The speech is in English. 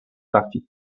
coffee